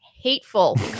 hateful